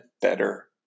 better